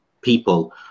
people